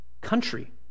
country